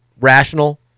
rational